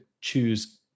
choose